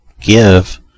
Give